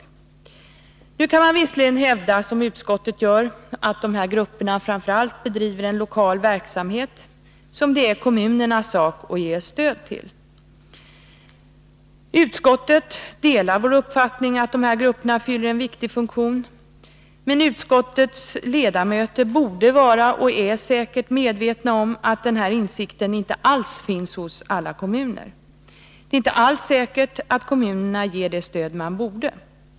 Man kan visserligen hävda, som utskottet gör, att dessa grupper framför allt bedriver en lokal verksamhet som det är kommunernas sak att ge ett stöd till. Utskottet delar vår uppfattning att dessa grupper fyller en viktig funktion. Men utskottets ledamöter borde vara och är säkert medvetna om att denna insikt inte alls finns hos alla kommuner. Det är inte alls säkert att kommunerna ger det stöd som de borde ge.